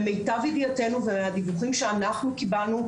למיטב ידיעתנו ומהדיווחים שאנחנו קיבלנו,